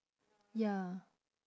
ya